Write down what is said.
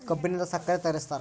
ಕಬ್ಬಿನಿಂದ ಸಕ್ಕರೆ ತಯಾರಿಸ್ತಾರ